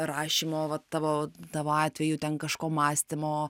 rašymo va tavo tavo atveju ten kažko mąstymo